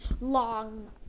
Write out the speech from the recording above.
long